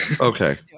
Okay